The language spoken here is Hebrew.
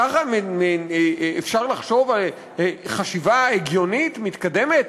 ככה אפשר לחשוב חשיבה הגיונית, מתקדמת?